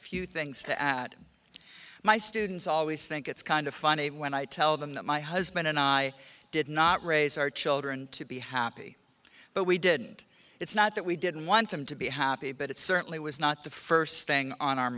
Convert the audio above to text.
few things to add my students always think it's kind of funny when i tell them that my husband and i did not raise our children to be happy but we didn't it's not that we didn't want them to be happy but it certainly was not the first thing on our